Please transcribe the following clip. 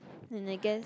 and I guess